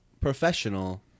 professional